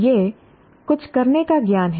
यह कुछ करने का ज्ञान है